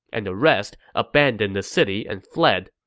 and the rest abandoned the city and fled.